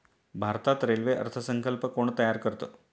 भारतात रेल्वे अर्थ संकल्प कोण तयार करतं?